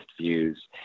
views